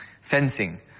fencing